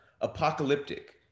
apocalyptic